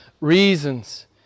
reasons